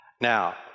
Now